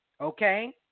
okay